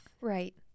Right